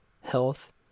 health